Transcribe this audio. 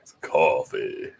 Coffee